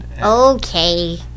okay